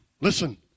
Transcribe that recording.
Listen